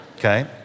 Okay